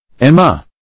Emma